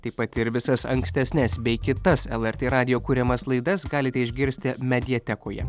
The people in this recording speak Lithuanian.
taip pat ir visas ankstesnes bei kitas lrt radijo kuriamas laidas galite išgirsti mediatekoje